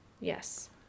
yes